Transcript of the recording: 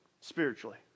spiritually